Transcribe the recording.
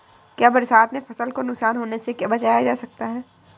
क्या बरसात में फसल को नुकसान होने से बचाया जा सकता है?